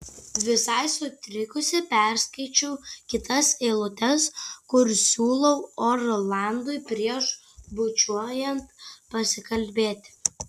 visai sutrikusi perskaičiau kitas eilutes kur siūlau orlandui prieš bučiuojant pasikalbėti